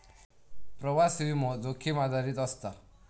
प्रवास विमो, जोखीम आधारित असता